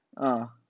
mm